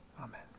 Amen